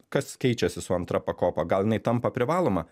kas keičiasi su antra pakopa gal jinai tampa privaloma